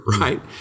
right